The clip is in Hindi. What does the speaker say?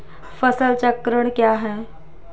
फसल चक्रण क्या है?